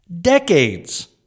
Decades